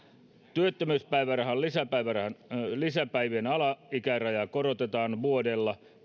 työttömyyspäivärahan lisäpäivien alaikärajaa korotetaan vuodella